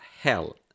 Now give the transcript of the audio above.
hell